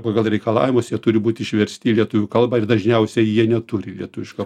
pagal reikalavimus jie turi būt išversti į lietuvių kalbą ir dažniausiai jie neturi lietuviško